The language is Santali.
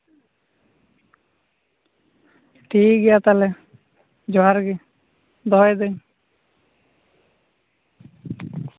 ᱴᱷᱤᱠ ᱜᱮᱭᱟ ᱛᱟᱞᱚᱦᱮ ᱡᱚᱦᱟᱨ ᱜᱮ ᱫᱚᱦᱚᱭᱫᱟᱹᱧ